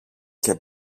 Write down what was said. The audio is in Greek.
και